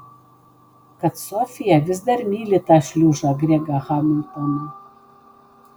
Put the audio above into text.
kad sofija vis dar myli tą šliužą gregą hamiltoną